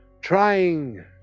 trying